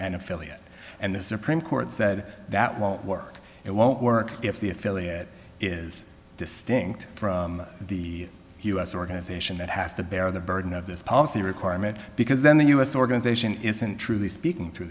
an affiliate and the supreme court said that won't work it won't work if the affiliate is distinct from the u s organization that has to bear the burden of this policy requirement because then the u s organization isn't truly speaking t